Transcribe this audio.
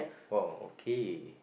!wow! okay